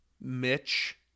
Mitch